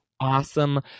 awesome